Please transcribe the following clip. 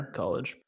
college